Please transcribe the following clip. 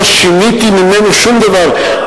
לא שיניתי ממנו שום דבר,